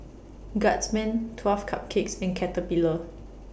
Guardsman twelve Cupcakes and Caterpillar